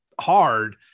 hard